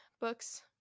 books